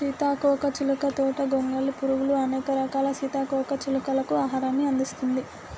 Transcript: సీతాకోక చిలుక తోట గొంగలి పురుగులు, అనేక రకాల సీతాకోక చిలుకలకు ఆహారాన్ని అందిస్తుంది